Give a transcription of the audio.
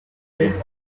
euro